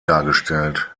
dargestellt